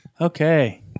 Okay